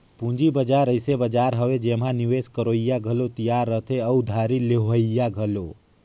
पंूजी बजार अइसे बजार हवे एम्हां निवेस करोइया घलो तियार रहथें अउ उधारी लेहोइया घलो